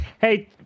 Hey